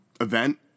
event